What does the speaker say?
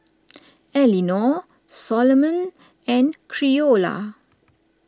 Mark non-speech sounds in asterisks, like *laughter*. *noise* Elinor Soloman and Creola